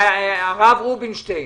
הרב רובינשטיין,